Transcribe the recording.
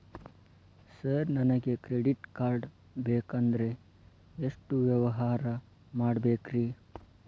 Sir ನನಗೆ credit card ಬೇಕಂದ್ರೆ ಎಷ್ಟು ವ್ಯವಹಾರ ಮಾಡಬೇಕ್ರಿ?